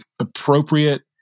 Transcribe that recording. appropriate